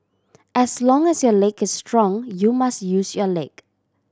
as long as your leg is strong you must use your leg